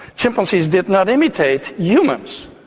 chimpanzees did not imitate humans.